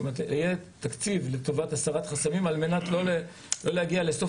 כלומר יהיה תקציב לטובת הסרת חסמים על מנת לא להגיע לסוף